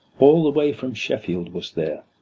all the way from sheffield was there,